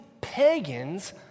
pagans